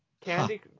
Candy